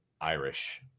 Irish